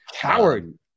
Coward